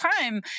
time